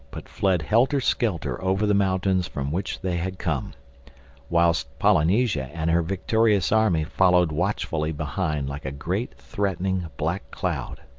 but fled helter-skelter over the mountains from which they had come whilst polynesia and her victorious army followed watchfully behind like a great, threatening, black cloud.